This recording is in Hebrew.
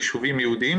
הן ליישובים יהודיים,